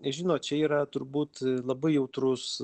žinot čia yra turbūt labai jautrus